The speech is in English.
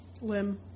Lim